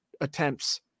attempts